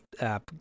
app